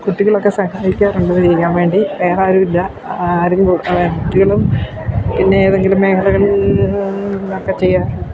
കുട്ടികളൊക്കെ സഹായിക്കാറുണ്ടിതു ചെയ്യാൻ വേണ്ടി വേറാരുമില്ല ആരും ങ്കൂ കുട്ടികളും പിന്നെ ഏതെങ്കിലും മേഘലകൾ നിന്നൊക്കെ ചെയ്യാൻ